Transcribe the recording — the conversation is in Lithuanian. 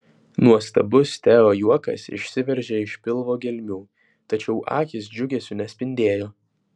nuostabus teo juokas išsiveržė iš pilvo gelmių tačiau akys džiugesiu nespindėjo